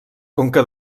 conca